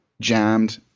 jammed